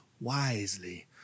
wisely